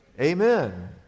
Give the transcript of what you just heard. Amen